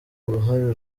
uruhare